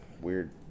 weird